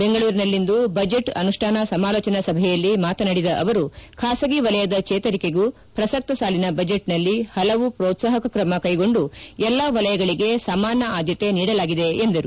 ಬೆಂಗಳೂರಿನಲ್ಲಿಂದು ಬಜೆಟ್ ಅನುಷ್ಠಾನ ಸಮಾಲೋಚನಾ ಸಭೆಯಲ್ಲಿ ಮಾತನಾಡಿದ ಅವರು ಖಾಸಗಿ ವಲಯದ ಚೇತರಿಕೆಗೂ ಪ್ರಸಕ್ತ ಸಾಲಿನ ಬಜೆಟ್ನಲ್ಲಿ ಹಲವು ಪ್ರೋತ್ಸಾಹಕ ಕ್ರಮ ಕೈಗೊಂಡು ಎಲ್ಲಾ ವಲಯಗಳಿಗೆ ಸಮಾನ ಆದ್ಯತೆ ನೀಡಲಾಗಿದೆ ಎಂದರು